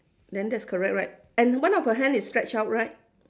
then that's correct right and one of her hand is stretch out right